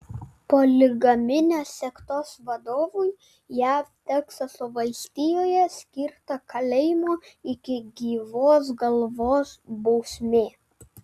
poligaminės sektos vadovui jav teksaso valstijoje skirta kalėjimo iki gyvos galvos bausmė